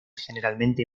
generalmente